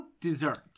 dessert